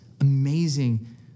amazing